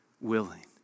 willing